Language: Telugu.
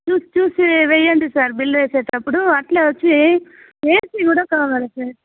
చూసి చూసి వేయండి సార్ బిల్లు వేసేటప్పుడు అట్లే వచ్చి ఏ ఏసీ కూడా కావాలి సార్